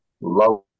love